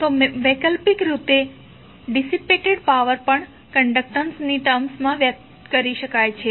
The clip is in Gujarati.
તો વૈકલ્પિક રૂપે ડીસીપેટેડ પાવર પણ કન્ડકટન્સ ની ટર્મ્સ માં વ્યક્ત કરી શકાય છે